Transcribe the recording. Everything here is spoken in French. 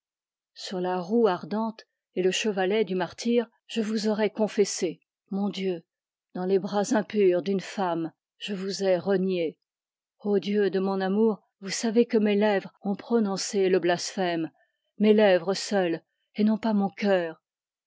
sur la roue ardente et le chevalet du martyre je vous aurais confessé mon dieu dans les bras impurs d'une femme je vous ai renié ô dieu de mon amour vous savez que mes lèvres ont prononcé le blasphème mes lèvres seules et non pas mon cœur